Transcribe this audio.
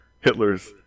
Hitler's